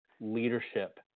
leadership